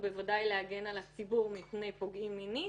ובוודאי להגנה על הציבור מפני פוגעים מינית.